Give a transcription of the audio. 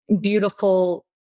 beautiful